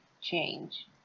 change